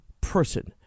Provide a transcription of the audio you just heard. person